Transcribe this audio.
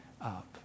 up